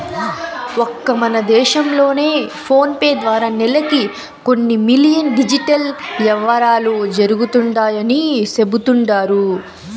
ఒక్క మన దేశం లోనే ఫోనేపే ద్వారా నెలకి కొన్ని మిలియన్ డిజిటల్ యవ్వారాలు జరుగుతండాయని సెబుతండారు